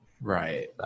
Right